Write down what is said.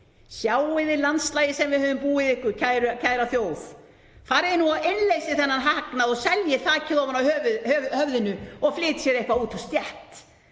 sjáið þið landslagið sem við höfum búið ykkur, kæra þjóð, farið nú og innleysið þennan hagnað og seljið þakið ofan af höfðinu og flytjið eitthvert út á stétt,